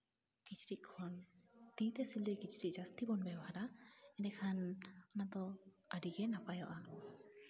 ᱠᱤᱪᱨᱤᱪ ᱠᱷᱚᱱ ᱛᱤᱛᱮ ᱥᱤᱞᱟᱹᱭ ᱠᱤᱪᱨᱤᱪ ᱡᱟᱹᱥᱛᱤ ᱵᱚᱱ ᱵᱮᱵᱚᱦᱟᱨᱟ ᱮᱸᱰᱮᱠᱷᱟᱱ ᱚᱱᱟ ᱫᱚ ᱟᱹᱰᱤᱜᱮ ᱱᱟᱯᱟᱭᱚᱜᱼᱟ